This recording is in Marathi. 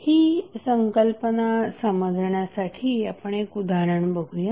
ही संकल्पना समजण्यासाठी आपण एक उदाहरण बघुया